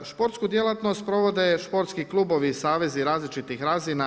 Športsku djelatnost provode športski klubovi i savezi različitih razina.